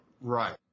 Right